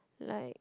like